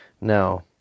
Now